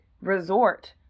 resort